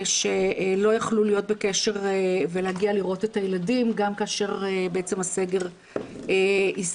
שלא יכלו להיות בקשר ולהגיע לראות את הילדים גם כאשר הסגר הסתיים.